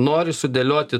nori sudėlioti